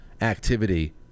activity